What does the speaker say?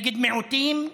נגד מיעוטים,